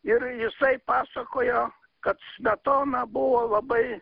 ir jisai pasakojo kad smetona buvo labai